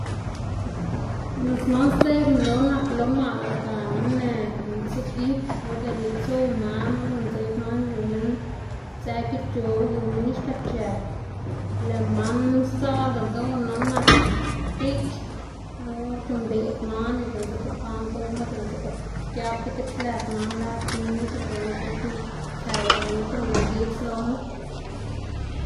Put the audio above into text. man sdzeꞌbná lo nak lo maꞌl gana mëg, mtsiꞌgi lo dela itsuw manma lo ndzeꞌb man yu minn sdzë gic̲h̲o yu minn xta c̲h̲ët, lëꞌ man sdzaꞌlda ldonána nak biꞌch lo c̲h̲uꞌnnbed man y diꞌltse bukwaꞌ gowma diꞌltse ba giab ti gits lëd man lëd komid lëꞌ gunu dzekna tsëw lëꞌ gunu c̲h̲uꞌnn gilgidz loma.